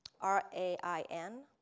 R-A-I-N